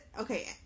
Okay